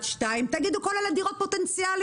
2" תגידו כל אלו דירות פוטנציאליות,